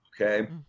okay